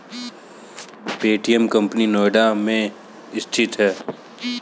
Paytm company Noida में स्थित है